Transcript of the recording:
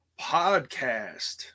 Podcast